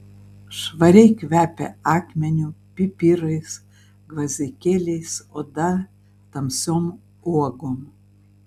švariai kvepia akmeniu pipirais gvazdikėliais oda tamsiom uogom